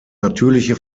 natürliche